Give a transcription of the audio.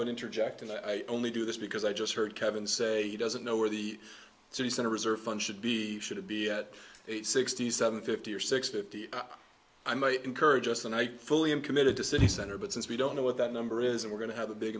would interject and i only do this because i just heard kevin say you doesn't know where the so he said reserve funds should be should it be at sixty seven fifty or sixty i might encourage us and i fully am committed to city center but since we don't know what that number is and we're going to have a big